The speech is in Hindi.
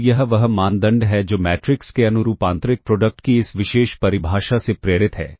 और यह वह मानदंड है जो मैट्रिक्स के अनुरूप आंतरिक प्रोडक्ट की इस विशेष परिभाषा से प्रेरित है